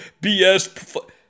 BS